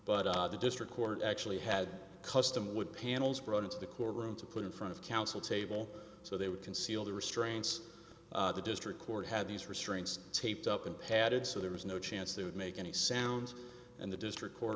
but the district court actually had custom wood panels brought into the court room to put in front of counsel table so they would conceal the restraints the district court had these restraints taped up in padded so there was no chance to make any sound and the district court